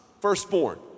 Firstborn